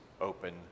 open